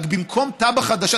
רק במקום תב"ע חדשה.